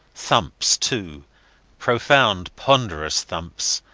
thumps, too profound, ponderous thumps,